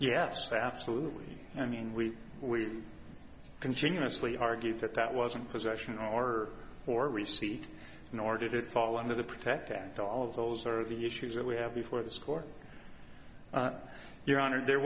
yes absolutely i mean we we continuously argued that that wasn't possession or or receipt nor did it fall under the protect act all of those are the issues that we have before the score your honor there